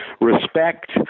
respect